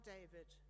David